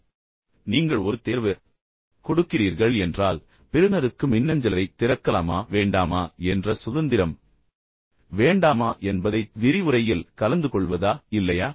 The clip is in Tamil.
எனவே இது மிகவும் தெளிவுபடுத்துகிறது நீங்கள் ஒரு தேர்வு கொடுக்கிறீர்கள் என்றால் பெறுநருக்கு மின்னஞ்சலைத் திறக்கலாமா வேண்டாமா என்ற சுதந்திரம் வேண்டாமா என்பதைத் விரிவுரையில் கலந்துகொள்வதா இல்லையா